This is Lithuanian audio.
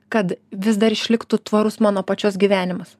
kad vis dar išliktų tvarus mano pačios gyvenimas